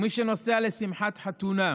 או מי שנוסע לשמחת חתונה,